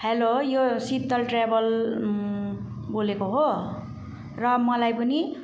hello यो Sheetal travel बोलेको हो र मलाई पनि